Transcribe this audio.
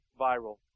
viral